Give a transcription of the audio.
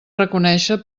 reconéixer